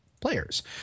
players